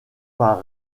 par